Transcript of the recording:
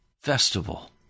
festival